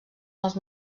els